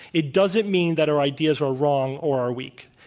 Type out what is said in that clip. it doesn't mean that our ideas are wrong or are weak.